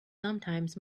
sometimes